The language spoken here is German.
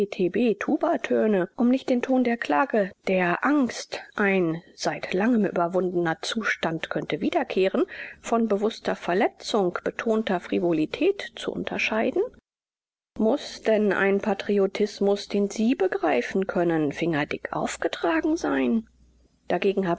tubatöne um nicht den ton der klage der angst ein seit langem überwundener zustand könnte wiederkehren von bewußter verletzung betonter frivolität zu unterscheiden muß denn ein patriotismus den sie begreifen können fingerdick aufgetragen sein dagegen